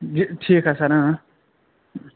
یہِ ٹھیٖک حظ سَر اۭں